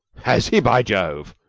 has he? by jove!